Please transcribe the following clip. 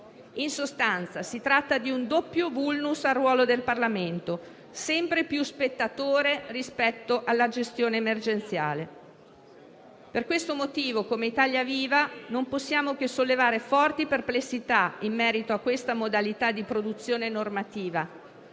In sostanza si tratta di un doppio *vulnus* al ruolo del Parlamento, sempre più spettatore rispetto alla gestione emergenziale. Per questo motivo, il Gruppo Italia Viva non può che sollevare forti perplessità in merito a questa modalità di produzione normativa.